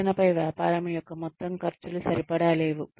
శిక్షణపై వ్యాపారం యొక్క మొత్తం ఖర్చులు సరిపడా లేవు